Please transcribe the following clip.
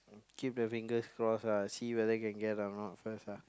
keep the fingers crossed ah see whether can get or not first ah